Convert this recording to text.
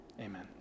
amen